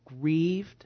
grieved